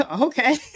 okay